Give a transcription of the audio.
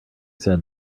said